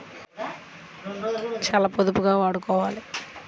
Current bill ఏ విధంగా తగ్గించుకోగలము?